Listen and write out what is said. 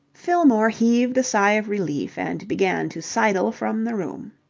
fillmore heaved a sigh of relief and began to sidle from the room.